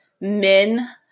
men